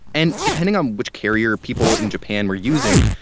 and depending on which carrier people in japan were using,